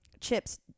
chips